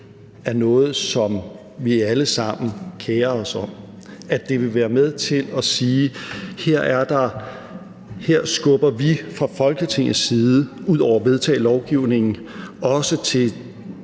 er noget, som vi alle sammen kerer os om, og det vil være med til at sige, at her skubber vi fra Folketingets side – ud over at vedtage lovgivningen – også til